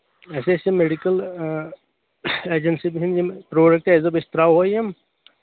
اَسہِ ٲسۍ یِم میٚڈکل ایجنسی ہِنٛدۍ یِم پرٛوڈکٹ اَسہِ دوٚپ أسۍ ترٛاوَو یِم